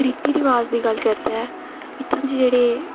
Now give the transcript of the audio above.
रीति रवाज़ दी गल्ल करचै इत्थूं दे जेह्ड़े